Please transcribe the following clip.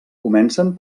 comencen